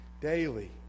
daily